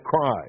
cry